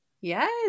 yes